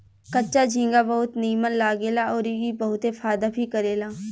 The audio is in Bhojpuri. कच्चा झींगा बहुत नीमन लागेला अउरी ई बहुते फायदा भी करेला